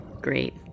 Great